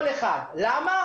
כל אחד - למה?